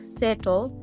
settle